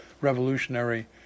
revolutionary